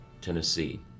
Tennessee